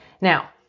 Now